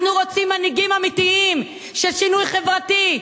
אנחנו רוצים מנהיגים אמיתיים של שינוי חברתי,